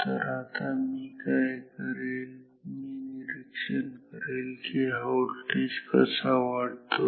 तर आता मी काय करेल मी निरीक्षण करेल की हा व्होल्टेज कसा वाढतो